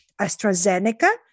AstraZeneca